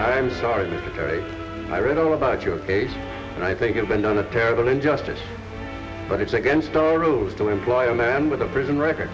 i'm sorry i read all about your age and i think it's been a terrible injustice but it's against our rules to employ a man with a prison record